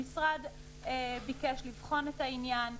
המשרד ביקש לבחון את העניין.